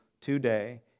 today